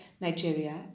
Nigeria